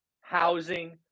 housing